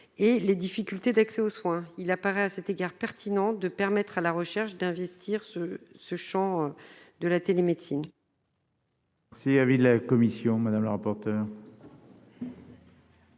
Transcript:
et les difficultés d'accès aux soins, il apparaît à cet égard pertinent de permettre à la recherche d'investir ce ce Champ de la télémédecine. S'il avait de la commission madame la rapporteure.